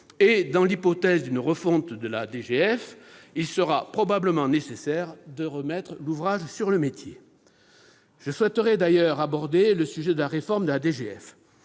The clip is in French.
globale de fonctionnement, la DGF, il sera probablement nécessaire de remettre l'ouvrage sur le métier. Je souhaiterais d'ailleurs aborder le sujet de la réforme de la DGF.